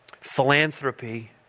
philanthropy